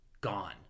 gone